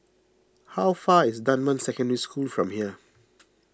how far is Dunman Secondary School from here